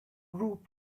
group